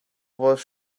was